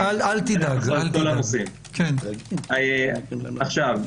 עכשיו,